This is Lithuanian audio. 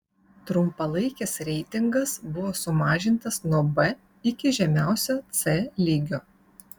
trumpalaikis reitingas buvo sumažintas nuo b iki žemiausio c lygio